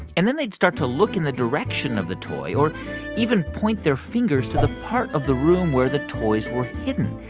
and then they'd start to look in the direction of the toy or even point their fingers to the part of the room where the toys were hidden.